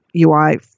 UI